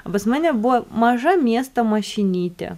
o pas mane buvo maža miesto mašinytė